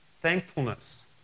thankfulness